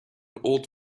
old